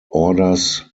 orders